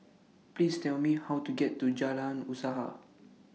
Please Tell Me How to get to Jalan Usaha